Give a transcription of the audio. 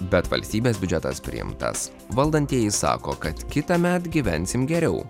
bet valstybės biudžetas priimtas valdantieji sako kad kitąmet gyvensim geriau